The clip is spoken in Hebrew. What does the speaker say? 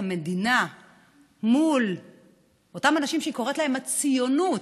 המדינה מול אותם אנשים שהיא קוראת להם הציונות,